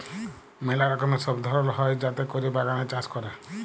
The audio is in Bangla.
ম্যালা রকমের সব ধরল হ্যয় যাতে ক্যরে বাগানে চাষ ক্যরে